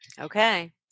Okay